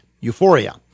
euphoria